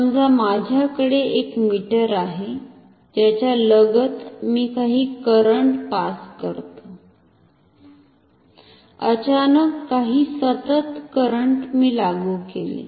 समजा माझ्याकडे एक मीटर आहे ज्याच्या लगत मी काही करंट पास करतो अचानक काही सतत करंट मी लागू केले